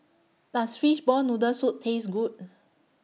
Does Fishball Noodle Soup Taste Good